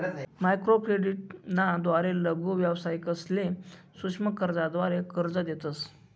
microcredit ना द्वारे लघु व्यावसायिकसले सूक्ष्म कर्जाद्वारे कर्ज देतस